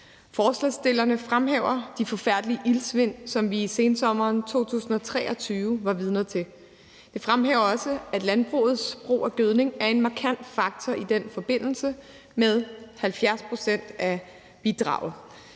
Forslagsstillerne fremhæver de forfærdelige iltsvind, som vi i sensommeren 2023 var vidner til. De fremhæver også, at landbrugets brug af gødning er en markant faktor i den forbindelse med 70 pct. af bidraget.